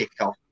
kickoff